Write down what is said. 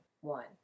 One